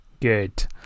good